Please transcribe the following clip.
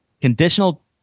Conditional